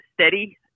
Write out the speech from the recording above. steady